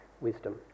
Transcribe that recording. wisdom